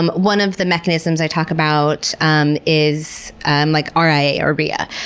um one of the mechanisms i talk about, um is and like r i a or ria,